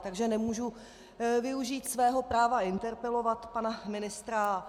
Takže nemůžu využít svého práva interpelovat pana ministra.